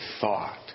thought